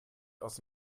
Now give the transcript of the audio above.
aus